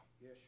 Yes